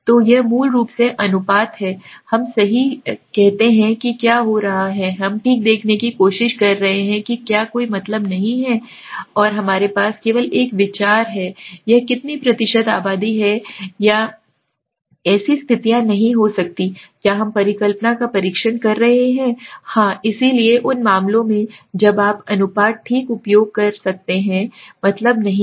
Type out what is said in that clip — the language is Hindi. तो यह मूल रूप से अनुपात है हम सही कहते हैं कि क्या हो रहा है हम ठीक देखने की कोशिश कर रहे हैं कि क्या कोई मतलब नहीं है और हमारे पास केवल एक विचार है ठीक है यह कितनी प्रतिशत आबादी है या है ऐसी स्थितियां नहीं हो सकती हैं क्या हम परिकल्पना का परीक्षण कर सकते हैं हाँ इसलिए उन मामलों में जब आप आप अनुपात ठीक उपयोग कर सकते हैं मतलब नहीं है